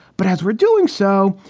but as we're doing so,